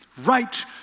right